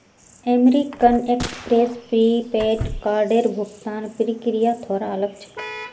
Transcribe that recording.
American Express prepaid कार्डेर भुगतान प्रक्रिया थोरा अलग छेक